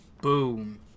Boom